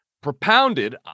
propounded